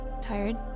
tired